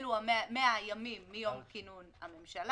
אלו 100 הימים מיום כינון הממשלה.